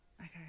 Okay